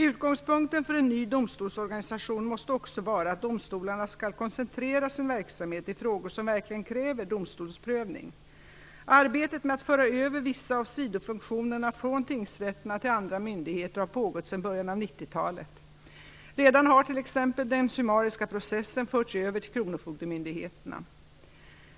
Utgångspunkten för en ny domstolsorganisation måste också vara att domstolarna skall koncentrera sin verksamhet till frågor som verkligen kräver domstolsprövning. Arbetet med att föra över vissa av sidofunktionerna från tingsrätterna till andra myndigheter har pågått sedan början av 90-talet. Redan har t.ex. den summariska processen förts över till kronofogdemyndigheterna.